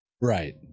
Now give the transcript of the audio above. Right